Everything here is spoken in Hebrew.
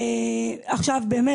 עכשיו באמת,